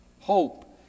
Hope